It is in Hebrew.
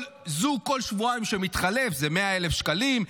זוג שמתחלף כל שבועיים זה 100,000 שקלים,